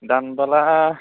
दानबोला